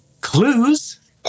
clues